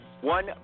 One